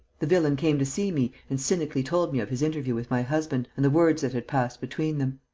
the villain came to see me and cynically told me of his interview with my husband and the words that had passed between them.